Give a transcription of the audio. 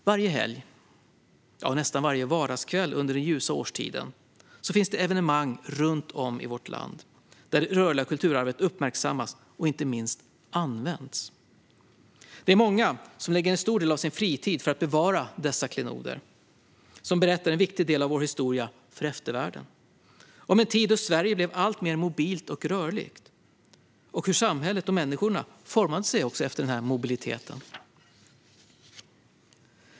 Varje helg - ja, nästan varje vardagskväll under den ljusa årstiden - finns det evenemang runt om i vårt land där det rörliga kulturarvet uppmärksammas och inte minst används. Det är många som lägger ned en stor del av sin fritid för att bevara dessa klenoder, som berättar en viktig del av vår historia för eftervärlden. De berättar om en tid då Sverige blev alltmer mobilt och rörligt och om hur samhället och människorna formade sig efter denna mobilitet.